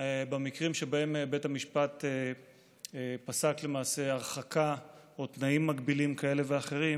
במקרים שבהם בית המשפט פסק למעשה הרחקה או תנאים מגבילים כאלה ואחרים